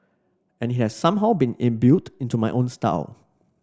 and it has somehow been imbued into my own style